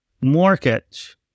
market